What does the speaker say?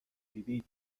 فیبی